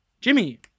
Jimmy